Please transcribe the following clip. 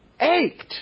ached